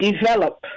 develop